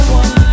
one